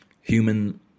human